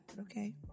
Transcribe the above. Okay